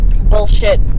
bullshit